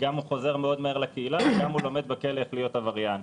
הוא גם חוזר מהר מאוד לקהילה וגם לומד בכלא איך להיות עבריין.